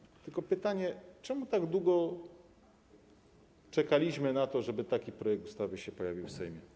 Powstaje tylko pytanie: Czemu tak długo czekaliśmy na to, żeby taki projekt ustawy się pojawił w Sejmie?